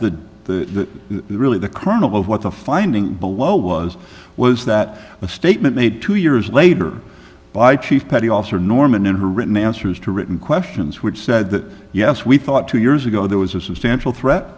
the the really the kernel of what the finding below was was that a statement made two years later by chief petty officer norman in her written answers to written questions which said that yes we thought two years ago there was a substantial threat